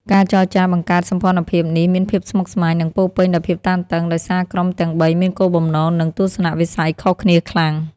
ការចរចាបង្កើតសម្ព័ន្ធភាពនេះមានភាពស្មុគស្មាញ និងពោរពេញដោយភាពតានតឹង ដោយសារក្រុមទាំងបីមានគោលបំណង និងទស្សនៈវិស័យខុសគ្នាខ្លាំង។